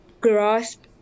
grasp